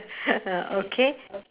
okay